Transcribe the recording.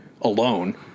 alone